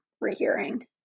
rehearing